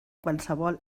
qualsevol